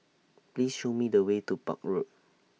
Please Show Me The Way to Park Road